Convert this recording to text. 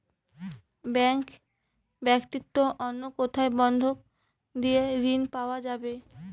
Bank ব্যাতীত অন্য কোথায় বন্ধক দিয়ে ঋন পাওয়া যাবে?